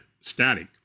static